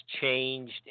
changed